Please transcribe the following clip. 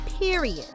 period